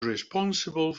responsible